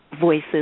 voices